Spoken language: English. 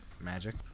magic